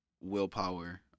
willpower